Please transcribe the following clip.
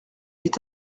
est